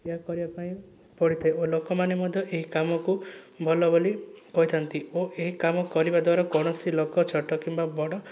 ଏହା କରିବାପାଇଁ ପଡ଼ିଥାଏ ଓ ଲୋକମାନେ ମଧ୍ୟ ଏହି କାମକୁ ଭଲ ବୋଲି କହିଥାନ୍ତି ଓ ଏହି କାମ କରିବାଦ୍ୱାରା କୌଣସି ଲୋକ ଛୋଟ କିମ୍ବା ବଡ଼